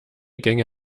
gänge